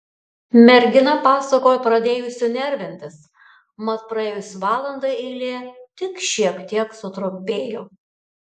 mergina pasakojo pradėjusi nervintis mat praėjus valandai eilė tik šiek tiek sutrumpėjo